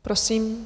Prosím.